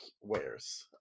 wears